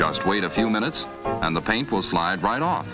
just wait a few minutes on the painful slide right on